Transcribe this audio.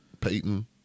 Peyton